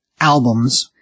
albums